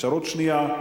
אפשרות שנייה,